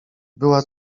była